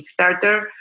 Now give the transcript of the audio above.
kickstarter